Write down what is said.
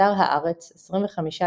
באתר טיולי,